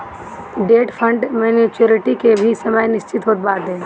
debt fund maturity के भी समय निश्चित होत बाटे